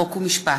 חוק ומשפט.